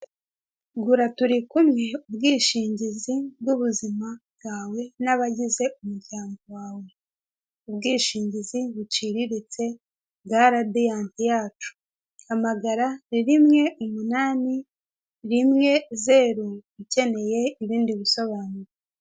Gura turi kumwe, ubwishingizi bw'ubuzima bwawe n'abagize umuryango wawe. Ubwishingizi buciriritse bwa radiyanti yacu. Hamagara, ni rimwe, umunani, rimwe, zeru, ukeneye ibindi bisobanuro.